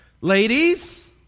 ladies